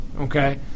Okay